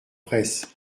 presse